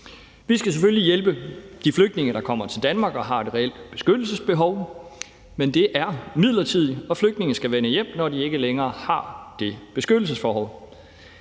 Vi skal selvfølgelig hjælpe de flygtninge, der kommer til Danmark og har et reelt beskyttelsesbehov, men det er midlertidigt, og flygtninge skal vende hjem, når de ikke længere har det beskyttelsesbehov.